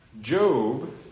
Job